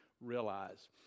realize